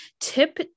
tip